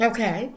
Okay